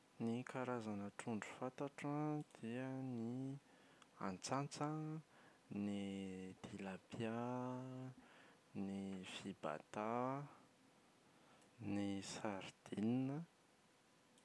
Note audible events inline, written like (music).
Ny karazana trondro fantatro an dia ny (hesitation) antsantsa, ny tilapia, ny fibata, ny sardinina